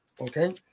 okay